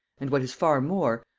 and, what is far more,